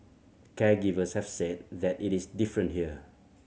caregivers have said that it is different here